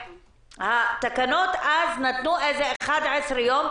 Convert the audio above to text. התקנות אז נתנו 11 יום,